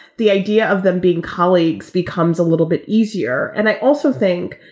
the idea of them being colleagues becomes a little bit easier. and i also think,